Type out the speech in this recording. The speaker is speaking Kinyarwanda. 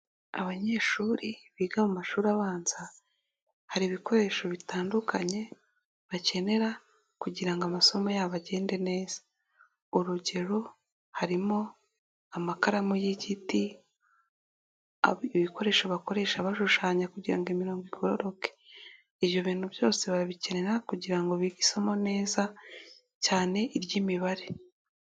Abanyeshuri biga mu mashuri abanza hari ibikoresho bitandukanye bakenera kugira amasomo yabo agende neza, urugero harimo amakaramu y'igiti, ibikoresho bakoresha bashushanya kugira ngo imirongo igororoke, ibyo bintu byose babikenera kugira ngo bige isomo neza cyane iry'imibare.